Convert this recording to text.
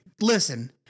listen